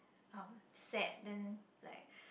um sad then like